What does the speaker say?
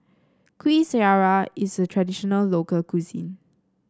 Kuih Syara is a traditional local cuisine